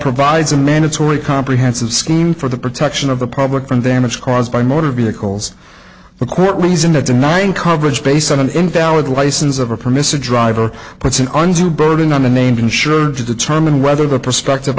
provides a mandatory comprehensive scheme for the protection of the public from damage caused by motor vehicles the court reason of denying coverage based on an invalid license of a permissive driver puts an undue burden on the named insured to determine whether the prospective